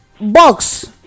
box